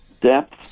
depth